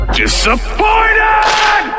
disappointed